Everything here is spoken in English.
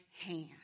hand